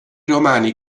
romani